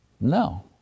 No